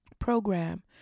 program